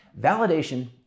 Validation